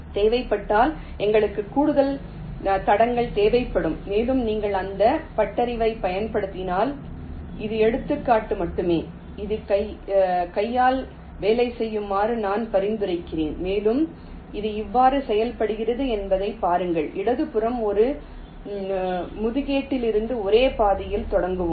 நிச்சயமாக எங்களுக்கு கூடுதல் தடங்கள் தேவைப்படும் மேலும் நீங்கள் இந்த பட்டறிவைப் பின்பற்றினால் இது ஒரு எடுத்துக்காட்டு மட்டுமே இது கையால் வேலை செய்யுமாறு நான் பரிந்துரைக்கிறேன் மேலும் இது எவ்வாறு செயல்படுகிறது என்பதைப் பாருங்கள் இடதுபுறம் ஒரு ஒதுக்கீட்டிலிருந்து ஒரே பாதையில் தொடங்குவோம்